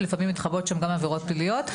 ולפעמים מתחבאות שם גם עבירות פליליות.